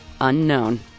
unknown